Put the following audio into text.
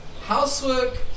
Housework